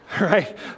right